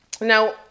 Now